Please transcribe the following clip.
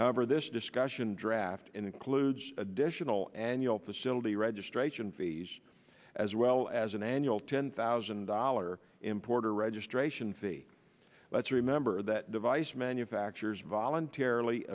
however this discussion draft includes additional annual facility registration fees as well as an annual ten thousand dollar importer registration fee let's remember that device manufacturers voluntarily